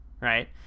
right